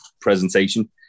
presentation